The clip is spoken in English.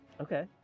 Okay